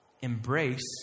Embrace